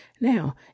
Now